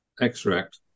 extract